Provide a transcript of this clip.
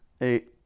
eight